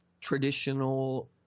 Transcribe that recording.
traditional